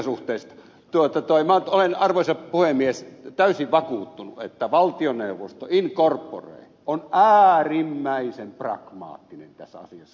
minä nyt olen arvoisa puhemies täysin vakuuttunut että valtioneuvosto in corpore on äärimmäisen pragmaattinen tässä asiassa